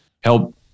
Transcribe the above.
help